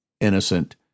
innocent